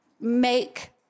make